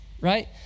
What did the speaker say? right